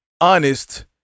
honest